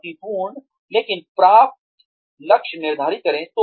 चुनौतीपूर्ण लेकिन प्राप्त लक्ष्य निर्धारित करें